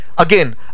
Again